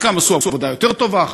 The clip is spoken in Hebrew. חלקם עשו עבודה יותר טובה,